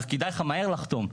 אז כדאי לך מהר לחתום'.